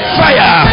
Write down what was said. fire